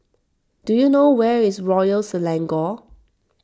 do you know where is Royal Selangor